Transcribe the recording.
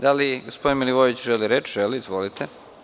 Da li gospodin Milivojević želi reč? (Da) Izvolite.